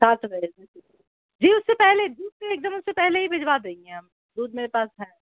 سات بجے سے جی اس سے پہلے جی اس سے ایک دم اس سے پہلے ہی بھجوا دیں گے ہم دودھ میرے پاس ہے